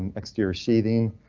and exterior sheeting.